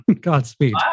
Godspeed